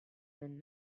than